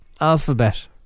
Alphabet